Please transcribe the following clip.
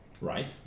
Right